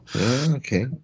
okay